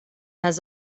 has